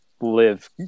live